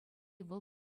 вӑл